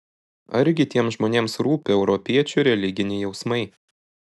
argi tiems žmonėms rūpi europiečių religiniai jausmai